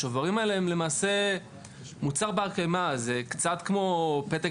השוברים האלה הם למעשה מוצר בר קיימא; הם קצת כמו פתק